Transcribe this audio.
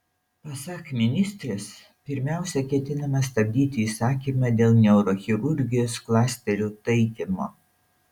pasak ministrės pirmiausia ketinama stabdyti įsakymą dėl neurochirurgijos klasterio taikymo